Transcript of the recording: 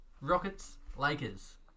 Rockets-Lakers